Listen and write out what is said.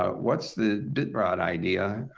ah what's the bit rot idea?